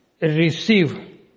receive